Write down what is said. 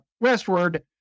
westward